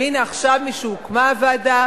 והנה עכשיו, משהוקמה הוועדה,